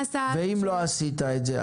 ואם לא עשית את זה?